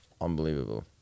unbelievable